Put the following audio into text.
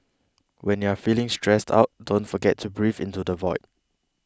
when you are feeling stressed out don't forget to breathe into the void